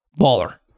baller